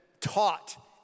taught